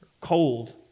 cold